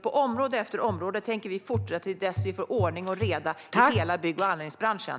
På område efter område tänker vi fortsätta tills vi får ordning och reda i hela bygg och anläggningsbranschen.